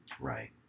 Right